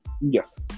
Yes